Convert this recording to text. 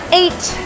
eight